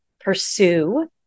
pursue